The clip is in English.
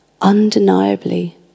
undeniably